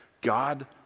God